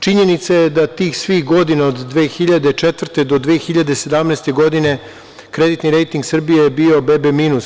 Činjenica je da tih svih godina od 2004. do 2017. godine kreditni rejting Srbije je bio BB minus.